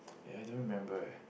!aiya! I don't remember eh